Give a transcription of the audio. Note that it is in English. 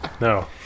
No